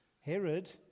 Herod